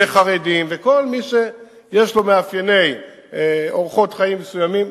חרדים וכל מי שיש לו אורחות חיים מסוימים,